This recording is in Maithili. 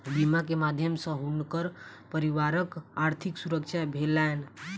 बीमा के माध्यम सॅ हुनकर परिवारक आर्थिक सुरक्षा भेलैन